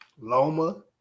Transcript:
Loma